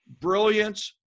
brilliance